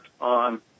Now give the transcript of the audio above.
on